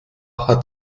hat